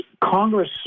Congress